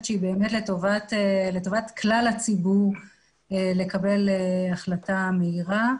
שהיא באמת לטובת כלל הציבור לקבל החלטה מהירה.